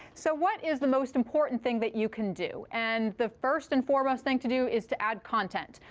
so what is the most important thing that you can do? and the first and foremost thing to do is to add content.